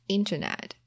Internet